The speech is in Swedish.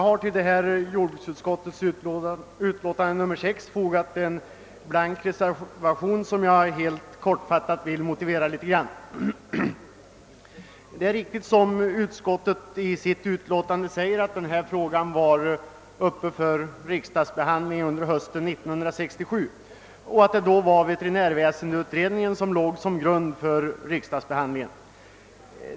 Herr talman! Jag har till jordbruksutskottets utlåtande nr 6 fogat en blank reservation, som jag helt kortfattat vill motivera. Det är riktigt som utskottet i sitt utlåtande anför att denna fråga var föremål för riksdagsbehandling under hösten 1967 och att det då var veterinärväsendeutredningen som låg till grund för riksdagsbehandlingen.